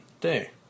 Day